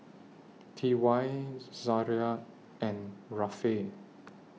T Y Zariah and Rafe